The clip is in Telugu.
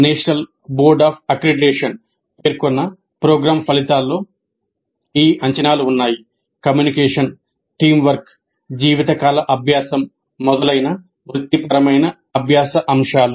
నేషనల్ బోర్డ్ ఆఫ్ అక్రిడిటేషన్ పేర్కొన్న ప్రోగ్రామ్ ఫలితాల్లో ఈ అంచనాలు ఉన్నాయి కమ్యూనికేషన్ టీమ్ వర్క్ జీవితకాల అభ్యాసం మొదలైన వృత్తిపరమైన అభ్యాస అంశాలు